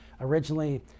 originally